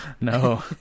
No